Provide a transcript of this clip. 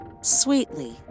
sweetly